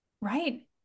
Right